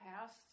past